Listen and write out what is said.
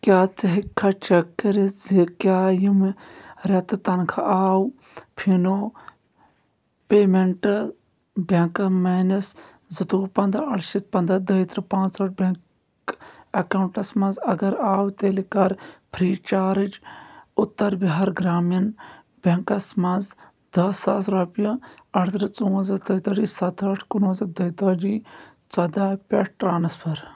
کیٛاہ ژٕ ہیٚکہِ کھا چیٚک کٔرِتھ زِ کیٛاہ ییٚمہِ ریٚتہٕ تنخوٛاہ آو فِنو پیمیٚنٛٹس بیٚنٛک میٲنِس زٕتووُہ پنٛداہ اَرشیٖتھ پنٛداہ دوٚیتٕرٛہ پانٛژہٲٹھ بیٚنٛک ایٚکاونٛٹَس منٛز اگر آو تیٚلہِ کَر free charge Uttar Bihar Grameen banks منٛز دَہ ساس رۄپیہِ اَرتٕرٛہ ژوٚوَنٛزاہ ژوٚیہِ تٲجی سَتہٲٹھ کُنوَنٛزاہ دوٚیہِ تٲجی ژوٚدہ پٮ۪ٹھ ٹرٛانسفر